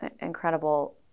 incredible